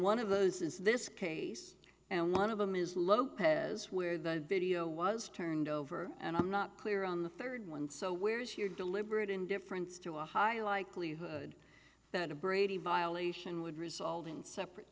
one of those is this case and one of them is lopez where the video was turned over and i'm not clear on the third one so where is your deliberate indifference to a high likelihood that a brady violation would result in separate